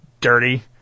dirty